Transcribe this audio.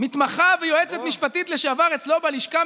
מתמחה ויועצת משפטית לשעבר אצלו בלשכה,